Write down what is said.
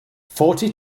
forty